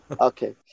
Okay